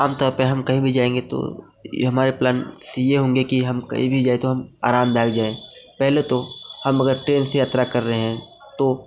आम तौर पर हम कहीं भी जाएँगे तो ये हमारे प्लान सी ये होंगे कि हम कहीं भी जाएं तो हम आरामदायक जाएं पहले तो हम अगर ट्रेन से यात्रा कर रहे हैं तो